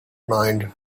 mind